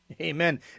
Amen